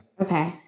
Okay